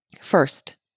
First